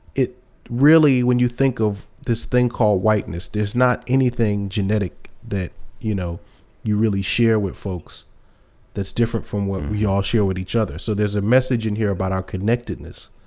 it really, when you think of this thing called wh iteness, there's not anything genetic that you know you really share with folks that's different from what we all share with each other. so there's a message in here about our connectedness.